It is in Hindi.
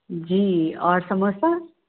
जी और समोसा